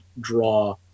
draw